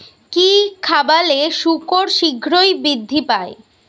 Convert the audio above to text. কি খাবালে শুকর শিঘ্রই বৃদ্ধি পায়?